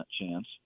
chance